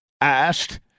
asked